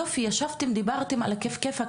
יופי, ישבתם ודיברתם, על הכיף כיפאק.